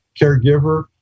caregiver